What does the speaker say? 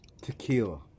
tequila